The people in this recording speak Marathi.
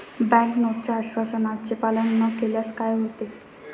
बँक नोटच्या आश्वासनाचे पालन न केल्यास काय होते?